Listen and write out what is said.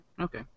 Okay